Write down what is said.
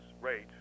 rate